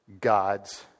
God's